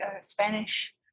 Spanish